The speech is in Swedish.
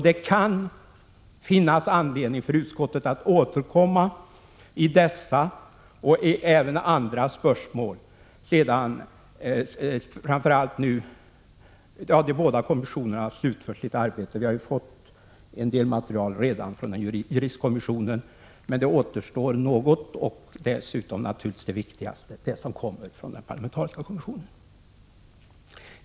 Det kan finnas anledning för utskottet att återkomma i dessa och även i andra spörsmål sedan de båda kommissionerna slutfört sitt arbete. En del material har vi redan fått från juristkommissionen, men det återstår något och det allra viktigaste, nämligen det som kommer från den parlamentariska kommissionen.